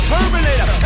Terminator